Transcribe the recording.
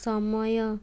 ସମୟ